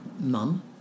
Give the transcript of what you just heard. Mum